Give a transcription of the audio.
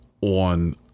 on